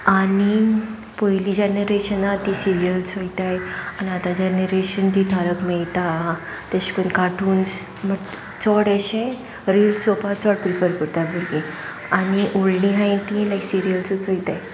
आनी पयलीं जेनरेशन ती सिरियल्स चोयताय आनी आतां जेनरेशन तीं तारक मेयता तेशे करन कार्टूनस चड अशें रिल्स चोवपाक चड प्रिफर करता भुरगीं आनी वोडली आहाय तीं लायक सिरियल्सूच चोयताय